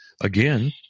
again